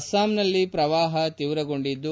ಅಸ್ಸಾಂನಲ್ಲಿ ಶ್ರವಾಹ ತೀವ್ರಗೊಂಡಿದ್ದು